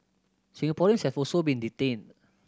Singaporeans have also been detained